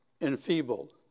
enfeebled